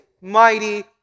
mighty